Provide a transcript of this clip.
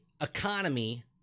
economy